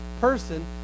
person